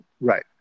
right